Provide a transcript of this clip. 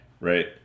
Right